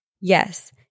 Yes